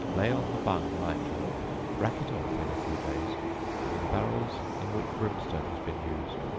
lay on the bung lightly rack it off in a few days in barrels, in which brimstone has been used,